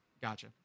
gotcha